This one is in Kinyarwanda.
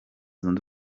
zunze